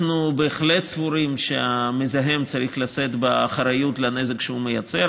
אנחנו בהחלט סבורים שהמזהם צריך לשאת באחריות לנזק שהוא מייצר,